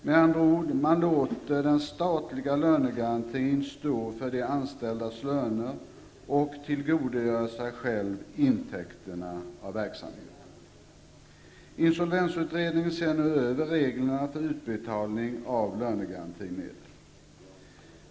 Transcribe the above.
Med andra ord låter man den statliga lönegarantin stå för de anställdas löner och tillgodogör sig själv intäkterna av verksamheten. Insolvensutredningen ser nu över reglerna för utbetalning av lönegarantimedel.